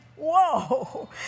Whoa